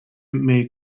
may